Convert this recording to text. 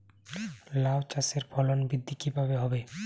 লাউ চাষের ফলন বৃদ্ধি কিভাবে হবে?